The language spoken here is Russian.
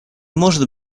может